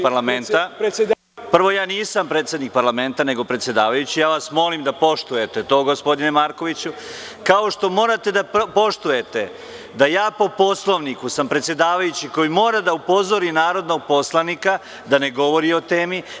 Prvo, ja nisam predsednik parlamenta, nego predsedavajući, ja vas molim da poštujete to, gospodine Markoviću, kao što morate da poštujete da ja, po Poslovniku, sam predsedavajući koji mora da upozori narodnog poslanika da ne govori o temi.